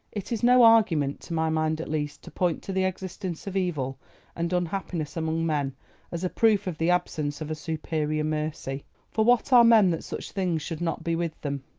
it is no argument, to my mind at least, to point to the existence of evil and unhappiness among men as a proof of the absence of a superior mercy for what are men that such things should not be with them?